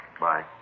bye